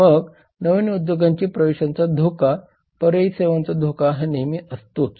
मग नवीन उद्योगाच्या प्रवेशाचा धोका पर्यायी सेवांचा धोका हा नेहेमी असतोच